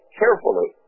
carefully